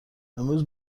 امروز